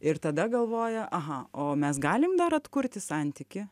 ir tada galvoja aha o mes galim dar atkurti santykį